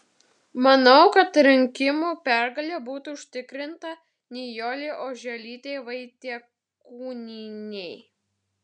manau kad rinkimų pergalė būtų užtikrinta nijolei oželytei vaitiekūnienei